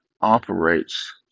operates